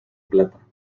plata